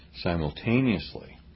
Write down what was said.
Simultaneously